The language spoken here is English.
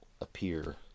appear